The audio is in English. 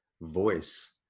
voice